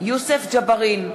יוסף ג'בארין,